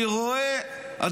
אני רואה בטלוויזיה,